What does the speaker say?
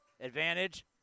Advantage